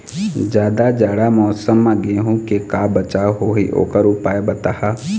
जादा जाड़ा मौसम म गेहूं के का बचाव होही ओकर उपाय बताहा?